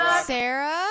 Sarah